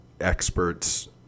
experts